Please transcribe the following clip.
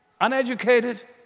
uneducated